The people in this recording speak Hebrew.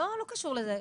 לא קשור לזה,